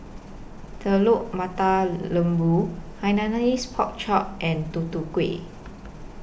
Telur Mata Lembu Hainanese Pork Chop and Tutu Kueh